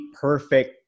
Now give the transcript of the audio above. perfect